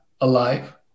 alive